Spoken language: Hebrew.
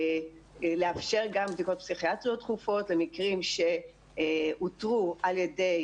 לאפשר גם בדיקות פסיכיאטריות דחופות במקרים שאותרו על ידי